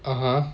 (uh huh)